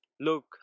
look